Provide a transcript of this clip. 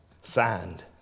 Signed